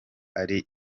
ari